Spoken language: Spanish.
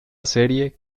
serie